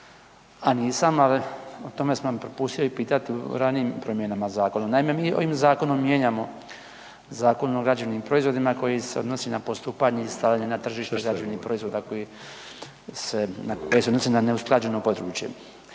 a nisam, o tome sam vas propustio pitati u ranijim promjenama zakona. Naime, mi ovim zakonom mijenjamo Zakon o građevnim proizvodima koji se odnosi na postupanje i stavljanje na tržište građevnih proizvoda koji se odnosi na neusklađeno područje.